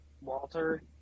Walter